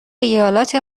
ایالات